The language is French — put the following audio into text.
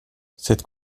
cette